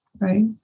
right